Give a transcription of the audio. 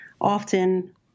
Often